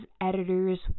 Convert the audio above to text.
editors